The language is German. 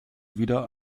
wieder